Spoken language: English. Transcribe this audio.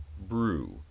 Brew